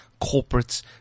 corporates